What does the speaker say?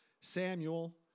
Samuel